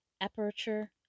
Aperture